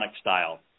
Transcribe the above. style